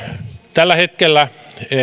tällä hetkellähän on